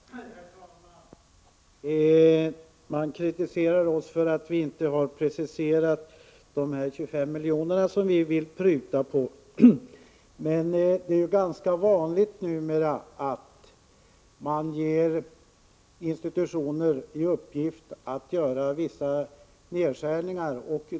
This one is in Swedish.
Herr talman! Man kritiserar oss för att vi inte har preciserat de 25 miljoner som vi vill pruta på. Men det är numera ganska vanligt att man ger institutioner i uppgift att göra vissa nedskärningar.